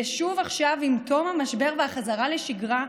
ושוב, עכשיו, עם תום המשבר והחזרה לשגרה,